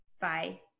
Bye